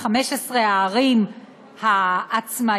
15 הערים העצמאיות,